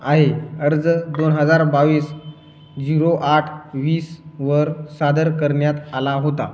आहे अर्ज दोन हजार बावीस झीरो आठ वीसवर सादर करण्यात आला होता